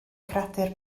creadur